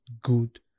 good